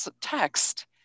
text